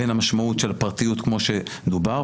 בין המשמעות של הפרטיות כמו שדובר,